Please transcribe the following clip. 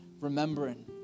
remembering